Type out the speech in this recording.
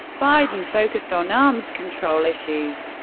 biden focused on arms control issues.